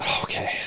okay